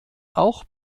auch